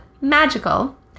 magical